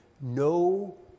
no